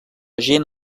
gent